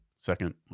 Second